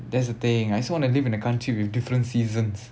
that's the thing I also want to live in a country with different seasons